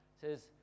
says